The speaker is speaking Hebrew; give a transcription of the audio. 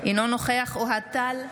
אינו נוכח אוהד טל,